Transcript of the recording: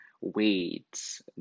weights